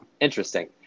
Interesting